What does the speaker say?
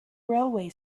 railway